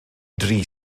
dri